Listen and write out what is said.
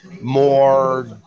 more